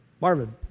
Marvin